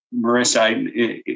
Marissa